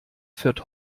fährt